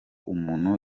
umuntu